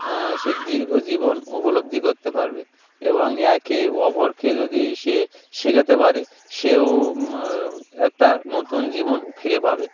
সে দীর্ঘ জীবন উপলব্ধি করতে পারবে এবং একে অপরকে যদি সে শেখাতে পারে সেও একটা নতুন জীবন ফিরে পাবে